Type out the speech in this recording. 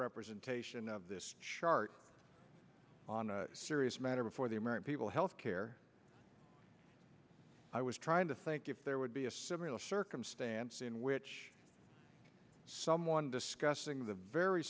representation of this chart on a serious matter for the american people health care i was trying to think if there would be a similar circumstance in which someone discussing the very